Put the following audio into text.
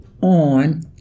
on